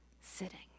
sitting